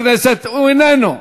הוא איננו.